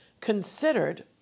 considered